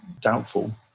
doubtful